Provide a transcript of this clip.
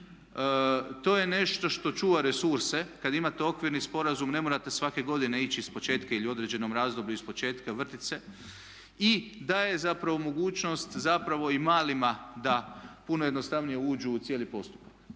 To je nešto što čuva resurse. Kada imate okvirni sporazum ne morate svake godine ići ispočetka ili u određenom razdoblju ispočetka i vrtit se i da je zapravo mogućnost zapravo i malima da puno jednostavnije uđu u cijeli postupak.